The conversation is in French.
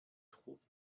trouvent